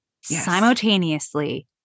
simultaneously